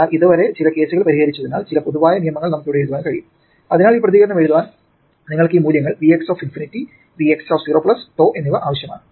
എന്നാൽ ഇത് വരെ ചില കേസുകൾ പരിഹരിച്ചതിനാൽ ചില പൊതുവായ നിയമങ്ങൾ നമുക്കിവിടെ എഴുതാൻ കഴിയും അതിനാൽ ഈ പ്രതികരണം എഴുതാൻ നിങ്ങൾക്ക് ഈ മൂല്യങ്ങൾ Vx∞ V x 0 𝝉 എന്നിവ ആവശ്യമാണ്